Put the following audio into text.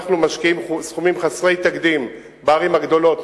אנחנו משקיעים סכומים חסרי תקדים בערים הגדולות,